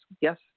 Yes